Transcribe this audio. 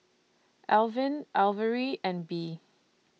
Alvin Averi and Bea